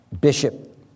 bishop